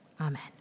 Amen